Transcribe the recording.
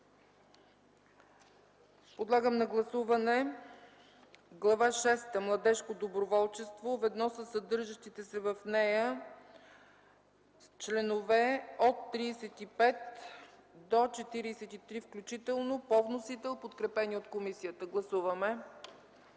Подлагам на гласуване Глава шеста – „Младежко доброволчество”, ведно със съдържащите се в нея членове от 35 до 43 включително по вносител, подкрепени от комисията. Гласували